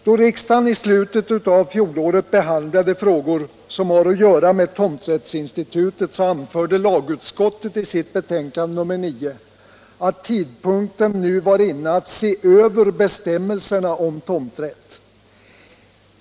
Då riksdagen i slutet av fjolåret behandlade frågor som har att göra med tomträttsinstitutet anförde lagutskottet i sitt betänkande nr 9 att tidpunkten var inne att se över bestämmelserna om tomträtt.